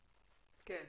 טכנולוגי